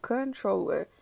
Controller